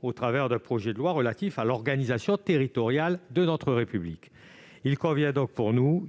au sein d'un projet de loi relatif à l'organisation territoriale de notre République. Il convient donc, selon nous,